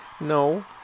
No